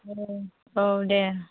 ओम औ दे